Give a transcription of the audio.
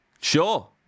Sure